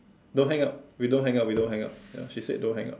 don't hang up we don't hang up we don't hang up ya she said don't hang up